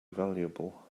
valuable